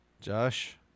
Josh